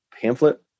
pamphlet